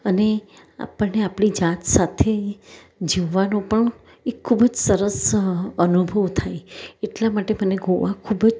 અને આપણને આપણી જાત સાથે જીવવાનો પણ એક ખૂબ જ સરસ અનુભવ થાય એટલા માટે મને ગોવા ખૂબ જ